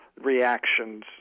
reactions